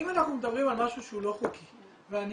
אם אנחנו מדברים על משהו שהוא לא חוקי ואני